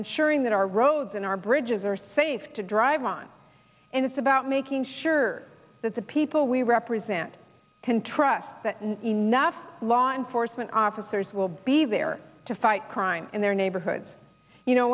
ensuring that our roads and our bridges are safe to drive on and it's about making sure that the people we represent can trust that not enough law enforcement officers will be there to fight crime in their neighborhoods you know